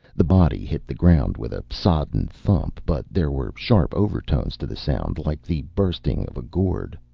the body hit the ground with a sodden thump, but there were sharp overtones to the sound, like the bursting of a gourd.